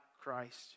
Christ